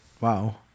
Wow